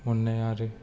अननाय आरो